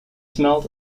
smelt